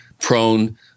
prone